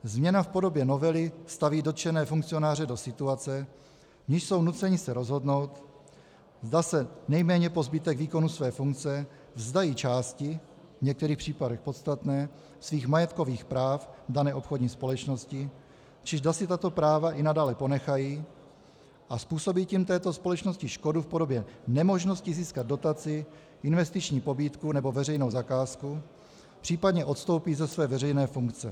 Změna v podobě novely staví dotčené funkcionáře do situace, v níž jsou nuceni se rozhodnout, zda se nejméně po zbytek výkonu své funkce vzdají části, v některých případech podstatné, svých majetkových práv v dané obchodní společnosti, či zda si tato práva i nadále ponechají a způsobí tím této společnosti škodu v podobě nemožnosti získat dotaci, investiční pobídku nebo veřejnou zakázku, příp. odstoupí ze své veřejné funkce.